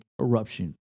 eruption